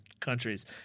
countries